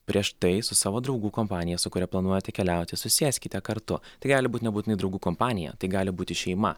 prieš tai su savo draugų kompanija su kuria planuojate keliauti susėskite kartu tai gali būti nebūtinai draugų kompanija tai gali būti šeima